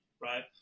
right